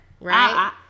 right